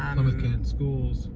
um um canton schools.